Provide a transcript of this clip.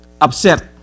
upset